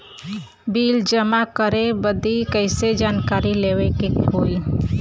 Bill जमा करे बदी कैसे जानकारी लेवे के होई?